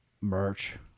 merch